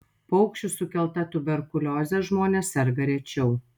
paukščių sukelta tuberkulioze žmonės serga rečiau